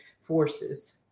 forces